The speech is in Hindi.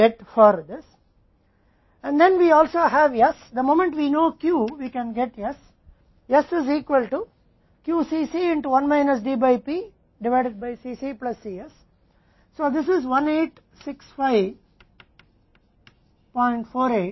जिस क्षण हमें Q पता लगता है उस क्षण कि हम s प्राप्त कर सकते हैं s बराबर है QCc 1 D P divided by Cc Cs